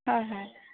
হয় হয়